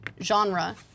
genre